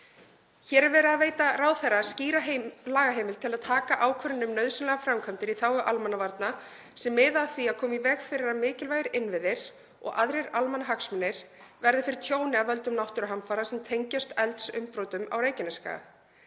Hér er verið að veita ráðherra skýra lagaheimild til að taka ákvörðun um nauðsynlegar framkvæmdir í þágu almannavarna sem miða að því að koma í veg fyrir að mikilvægir innviðir og aðrir almannahagsmunir verði fyrir tjóni af völdum náttúruhamfara sem tengjast eldsumbrotum á Reykjanesskaga.